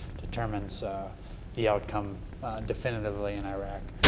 determines the outcome definitively in iraq.